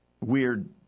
weird